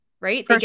right